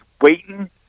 waiting